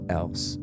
else